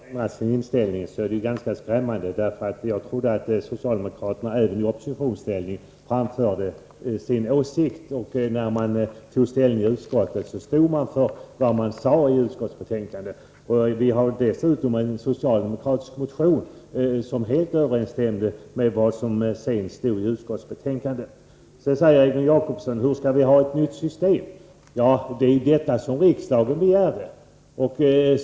Herr talman! När Egon Jacobsson säger att socialdemokraterna inte har ändrat inställning är det ganska skrämmande. Jag trodde att socialdemokraterna även i oppositionsställning framförde sina egna åsikter och stod för vad de sade i ett utskottsbetänkande. Det fanns dessutom en socialdemokratisk motion som helt överensstämde med vad som sedan stod i utskottsbetänkandet. Egon Jacobsson frågar: Hur skall det nya systemet vara? Det var detta som riksdagen begärde svar på.